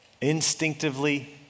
Instinctively